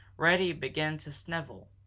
reddy began to snivel.